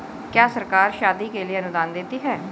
क्या सरकार शादी के लिए अनुदान देती है?